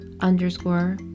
underscore